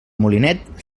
molinet